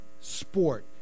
sport